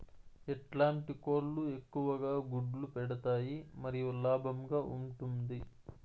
ఎట్లాంటి కోళ్ళు ఎక్కువగా గుడ్లు పెడతాయి మరియు లాభంగా ఉంటుంది?